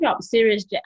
serious